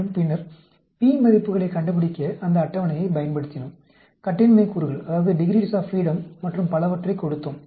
மற்றும் பின்னர் p மதிப்புகளைக் கண்டுபிடிக்க அந்த அட்டவணையைப் பயன்படுத்தினோம் கட்டின்மை கூறுகள் மற்றும் பலவற்றைக் கொடுத்தோம்